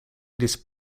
these